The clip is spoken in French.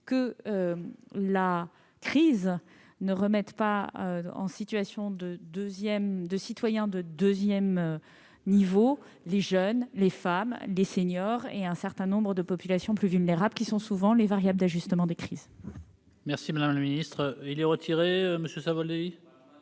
que la crise ne remette pas en situation de citoyens de deuxième niveau les jeunes, les femmes, les seniors et un certain nombre de populations plus vulnérables, qui sont souvent les variables d'ajustement des crises. Monsieur Savoldelli,